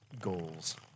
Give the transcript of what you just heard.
Goals